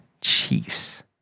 Chiefs